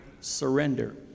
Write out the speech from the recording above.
surrender